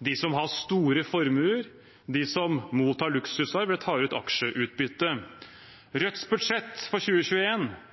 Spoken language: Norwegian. de som har store formuer, de som mottar luksusarv eller tar ut aksjeutbytte. Rødts budsjett for